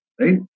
right